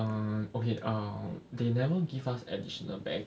um okay um they never give us additional bag